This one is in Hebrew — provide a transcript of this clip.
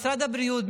משרד הבריאות,